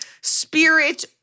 spirit